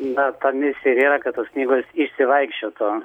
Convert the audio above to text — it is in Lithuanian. na ta misija ir yra kad tos knygos išsivaikščiotų